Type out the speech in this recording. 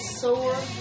sore